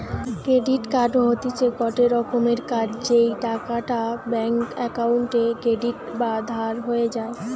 credit card হতিছে গটে রকমের কার্ড যেই টাকাটা ব্যাঙ্ক অক্কোউন্টে ক্রেডিট বা ধার হয়ে যায়